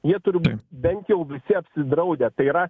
jie turi būt bent jau visi apsidraudę tai yra